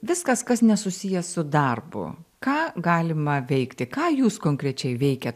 viskas kas nesusiję su darbu ką galima veikti ką jūs konkrečiai veikiat